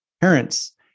parents